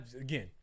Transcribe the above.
again